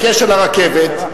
בקשר לרכבת.